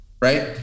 right